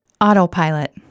Autopilot